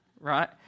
right